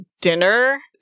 dinner